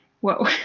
whoa